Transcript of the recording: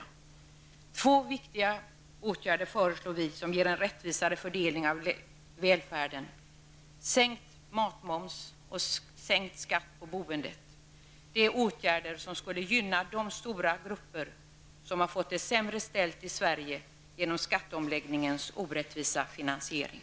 Vi föreslår två viktiga åtgärder som ger en rättvisare fördelning av välfärden, nämligen sänkt matmoms och sänkt skatt på boendet. Det är åtgärder som skulle gynna de stora grupper som har fått det sämre ställt i Sverige genom skatteomläggningens orättvisa finansiering.